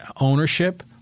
ownership